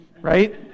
right